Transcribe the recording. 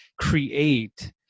create